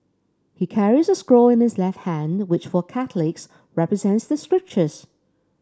he carries a scroll in his left hand which for Catholics represents the scriptures